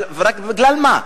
ורק בגלל מה?